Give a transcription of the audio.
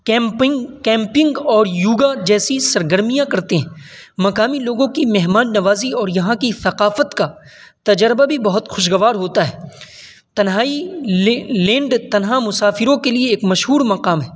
camping camping اور یوگا جیسی سرگرمیاں کرتے ہیں مقامی لوگوں کی مہمان نوازی اور یہاں کی ثقافت کا تجربہ بھی بہت خوشگوار ہوتا ہے تنہائی لینڈ تنہا مسافروں کے لیے ایک مشہور مقام ہیں